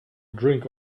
drink